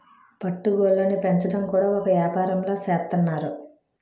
పట్టు గూళ్ళుని పెంచడం కూడా ఒక ఏపారంలా సేత్తన్నారు